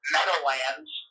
Meadowlands